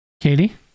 Katie